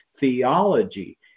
theology